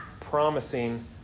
promising